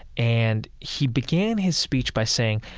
and he began his speech by saying,